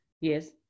Yes